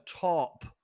top